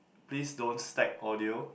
please don't stack audio